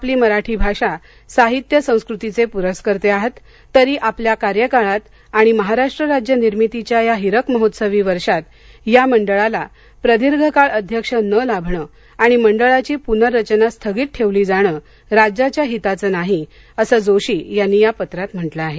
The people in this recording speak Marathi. आपण मराठी भाषा साहित्य संस्कृतीचे प्रस्कर्ते आहात तरी आपल्या कार्यकाळात आणि महाराष्ट्र राज्य निर्मितीच्या ह्या हीरक महोत्सवी वर्षात या मंडळाला प्रदीर्घ काळ अध्यक्ष न लाभणं आणि मंडळाची पूनर्रचना स्थगित ठेवली जाणं राज्याच्या हिताचं नाही असंही जोशी यांनी या पत्रात म्हटलं आहे